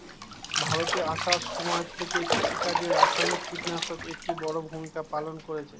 ভারতে আসার সময় থেকে কৃষিকাজে রাসায়নিক কিটনাশক একটি বড়ো ভূমিকা পালন করেছে